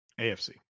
AFC